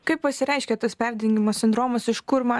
kaip pasireiškia tas perdegimo sindromas iš kur man